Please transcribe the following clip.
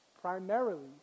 primarily